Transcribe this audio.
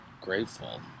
grateful